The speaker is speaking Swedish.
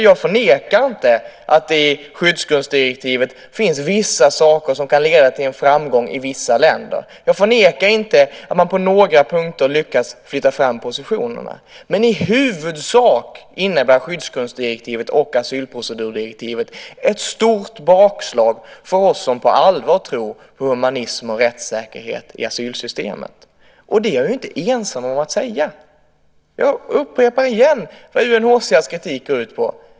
Jag förnekar inte att det i skyddsgrundsdirektivet finns vissa saker som kan leda till en framgång i vissa länder. Jag förnekar inte att man på några punkter lyckats flytta fram positionerna. Men i huvudsak innebär skyddsgrundsdirektivet och asylprocedurdirektivet ett stort bakslag för oss som på allvar tror på humanism och rättssäkerhet i asylsystemet. Det är jag inte ensam om att säga. Jag upprepar igen vad UNHCR:s kritik går ut på.